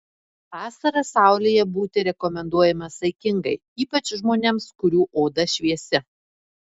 vasarą saulėje būti rekomenduojama saikingai ypač žmonėms kurių oda šviesi